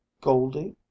Goldie